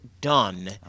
done